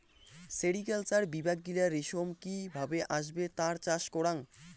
sericulture বিভাগ গিলা রেশম কি ভাবে আসবে তার চাষ করাং